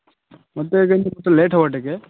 ମୋତେ ଲେଟ୍ ହେବ ଟିକେ